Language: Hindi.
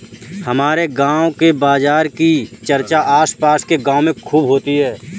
हमारे गांव के बाजार की चर्चा आस पास के गावों में खूब होती हैं